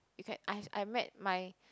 you can I I met my